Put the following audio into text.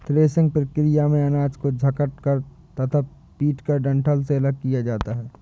threshing प्रक्रिया में अनाज को झटक कर तथा पीटकर डंठल से अलग किया जाता है